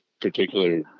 particular